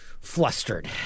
Flustered